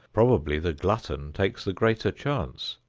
probably the glutton takes the greater chance.